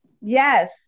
Yes